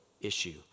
issue